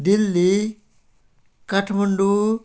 Delhi Kathmandu